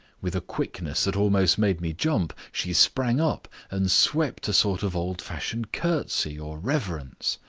with a quickness that almost made me jump, she sprang up and swept a sort of old-fashioned curtsey or reverence.